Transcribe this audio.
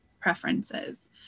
preferences